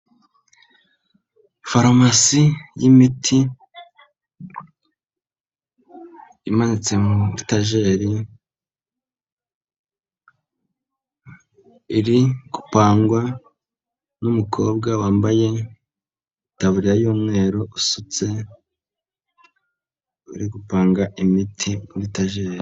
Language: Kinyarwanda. Farumasi y'imiti imanitse muri etageri, irigupangwa n'umukobwa wambaye itaburiya y'umweru, usutse, uri gupanga imiti muri etajeri.